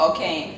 Okay